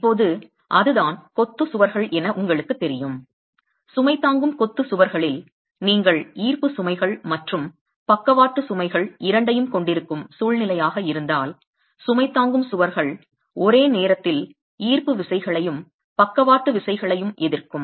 இப்போது அதுதான் கொத்து சுவர்கள் என உங்களுக்கு தெரியும் சுமை தாங்கும் கொத்து சுவர்களில் நீங்கள் ஈர்ப்பு சுமைகள் மற்றும் பக்கவாட்டு சுமைகள் இரண்டையும் கொண்டிருக்கும் சூழ்நிலையாக இருந்தால் சுமை தாங்கும் சுவர்கள் ஒரே நேரத்தில் ஈர்ப்பு விசைகளையும் பக்கவாட்டு விசைகளையும் எதிர்க்கும்